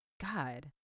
God